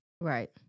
Right